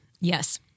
Yes